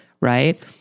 Right